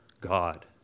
god